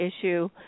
issue